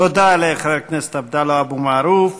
תודה לחבר הכנסת עבדאללה אבו מערוף.